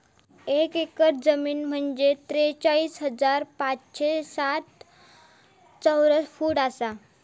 एक एकर जमीन म्हंजे त्रेचाळीस हजार पाचशे साठ चौरस फूट आसा